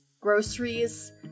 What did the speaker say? groceries